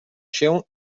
się